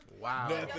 Wow